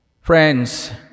Friends